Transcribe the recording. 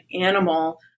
animal